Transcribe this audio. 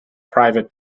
private